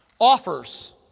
offers